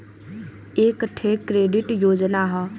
एक ठे क्रेडिट योजना हौ